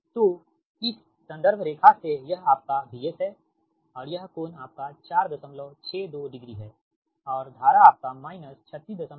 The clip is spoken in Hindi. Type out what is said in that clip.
तो इस संदर्भ रेखा से यह आपका VS है और यह कोण आपका 462 डिग्री है और धारा आपका माइनस 3687 हैं